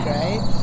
right